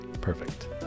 Perfect